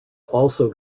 also